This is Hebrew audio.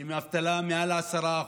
עם אבטלה מעל 10%,